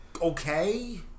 okay